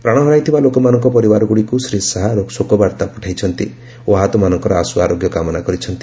ପ୍ରାଣ ହରାଇଥିବା ଲୋକମାନଙ୍କ ପରିବାରଗୁଡ଼ିକୁ ଶ୍ରୀ ଶାହା ଶୋକବାର୍ତ୍ତା ପଠାଇଛନ୍ତି ଓ ଆହତମାନଙ୍କର ଆଶୁ ଆରୋଗ୍ୟ କାମନା କରିଛନ୍ତି